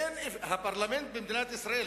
הפרלמנט במדינת ישראל,